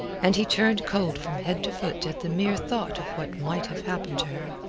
and he turned cold from head to foot at the mere thought of what might have happened to her.